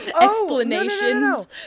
explanations